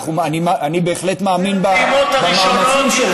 אני בהחלט מאמין במאמצים שלך.